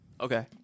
Okay